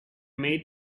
made